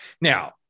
Now